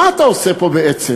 מה אתה עושה פה בעצם?